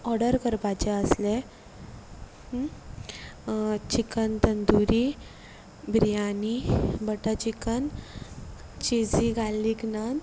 order करपाचे आसलें chicken tandoori biryani butter chicken cheesy garlic none